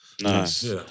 nice